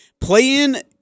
play-in